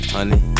Honey